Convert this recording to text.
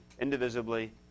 indivisibly